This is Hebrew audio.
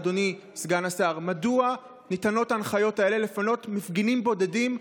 אדוני סגן השר: מדוע ניתנות ההנחיות האלה לפנות מפגינים בודדים,